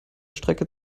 strecke